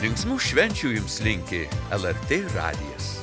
linksmų švenčių jums linki lrt radijas